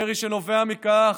ירי שנובע מכך